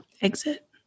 Exit